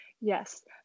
yes